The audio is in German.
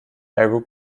ergo